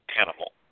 animal